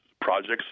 projects